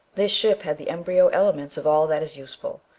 this ship had the embryo elements of all that is useful,